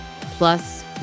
plus